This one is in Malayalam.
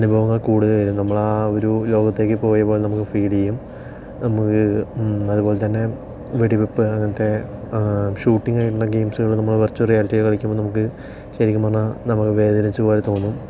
അനുഭവങ്ങൾ കൂടെ വരും നമ്മൾ ആ ഒരു ലോകത്തേക്ക് പോയ പോലെ നമുക്ക് ഫീൽ ചെയ്യും നമുക്ക് അതുപോലെ തന്നെ വെടി വെപ്പ് അങ്ങനത്തെ ഷൂട്ടിങ്ങ് ആയിട്ടുള്ള ഗെയിംസുകൾ നമ്മൾ വിർച്വൽ റിയാലിറ്റി കളിക്കുമ്പോൾ നമുക്ക് ശരിക്കും പറഞ്ഞാൽ നമ്മൾ വേദനിച്ച പോലെ തോന്നും